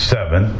Seven